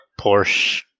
Porsche